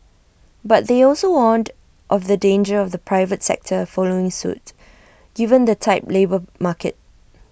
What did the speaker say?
but they also warned of the danger of the private sector following suit given the tight labour market